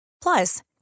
Plus